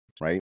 right